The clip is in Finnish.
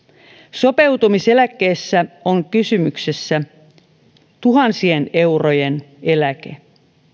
sopeutumiseläkkeessä on kysymyksessä tuhansien eurojen eläke